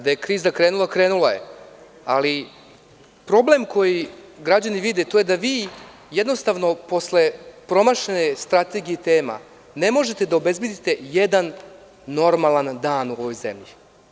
Da je kriza krenula, krenula je, ali problem koji građani vide jeste to da vi jednostavno posle promašene strategije i tema ne možete da obezbedite jedan normalan dan u ovoj zemlji.